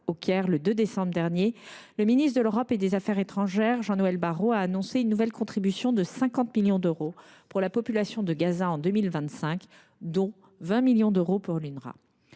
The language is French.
au Caire le 2 décembre dernier, le ministre de l’Europe et des affaires étrangères, Jean Noël Barrot, a annoncé une nouvelle contribution de 50 millions d’euros pour la population de Gaza en 2025, dont 20 millions d’euros pour l’UNRWA.